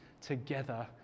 together